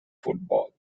football